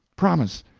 promise!